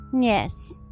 Yes